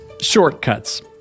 Shortcuts